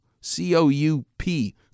C-O-U-P